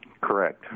Correct